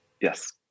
Yes